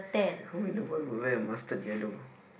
who in the world would wear a mustard yellow